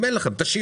אם אין לכם תשאירו.